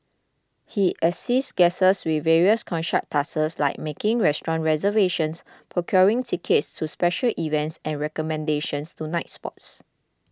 he assists guests with various concierge tasks like making restaurant reservations procuring tickets to special events and recommendations to nightspots